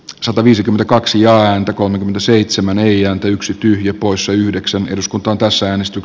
sataviisikymmentäkaksi ääntä kolmekymmentäseitsemän ei ääntä yksi tyhjä poissa yhdeksän eduskunta taas äänestyk